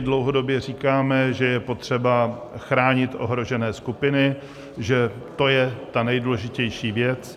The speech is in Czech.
Dlouhodobě říkáme, že je potřeba chránit ohrožené skupiny, že to je ta nejdůležitější věc.